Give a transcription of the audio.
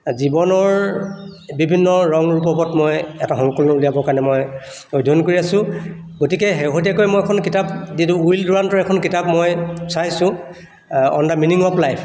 জীৱনৰ বিভিন্ন ৰঙ ৰূপকত মই এটা সংকলন উলিয়াবৰ কাৰণে মই অধ্যয়ন কৰি আছোঁ গতিকে শেহতীয়াকৈ মই এখন কিতাপ উইল ডুৰান্টৰ এখন কিতাপ মই চাইছো on the meaning of life